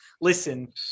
Listen